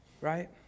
right